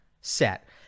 set